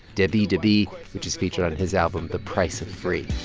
debi debi, which is featured on his album the price of free.